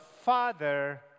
father